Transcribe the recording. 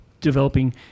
developing